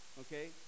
Okay